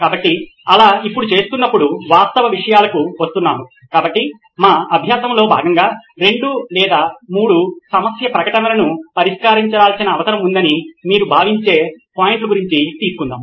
కాబట్టి అలా ఇప్పుడు చేస్తున్నప్పుడు వాస్తవ విషయాలకు వస్తున్నాము కాబట్టి మా అభ్యాసములో భాగంగా 2 లేదా 3 సమస్య ప్రకటనలను పరిష్కరించాల్సిన అవసరం ఉందని మీరు భావించే పాయింట్లు గురించి తీసుకుందాం